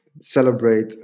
celebrate